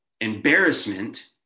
embarrassment